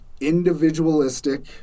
individualistic